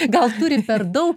gal turi per daug